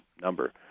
number